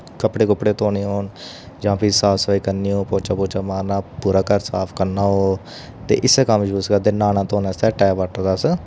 कपड़े कुपड़े धोने होने जां फ्ही साफ सफाई करनी होऐ पोचा पुचा मारना होऐ पूरा घर साफ करना होऐ ओ इस्से कारण यूज करदे नह्यने धोने आस्तै अस टैप वाटर दा अस